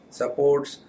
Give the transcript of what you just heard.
supports